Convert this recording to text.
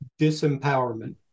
disempowerment